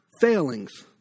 failings